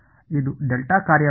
ಇದು ಡೆಲ್ಟಾ ಕಾರ್ಯವಾಗಿದೆ